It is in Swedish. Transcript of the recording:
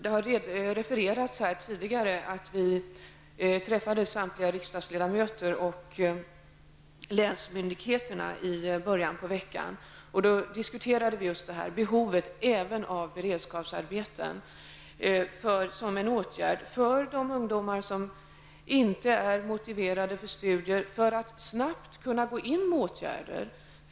Det har refererats här tidigare att samtliga riksdagsledamöter träffade länsmyndigheterna i början av veckan och diskuterade beredskapsarbeten som är en åtgärd för de ungdomar som inte är motiverade för studier, för att man snabbt skall kunna gå in med åtgärder.